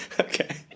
Okay